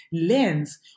lens